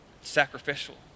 sacrificial